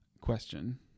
question